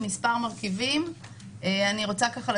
לתוכנית ארבעה מרכיבים עיקריים.